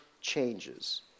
changes